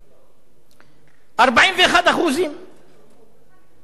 41%. שיעור אבטלה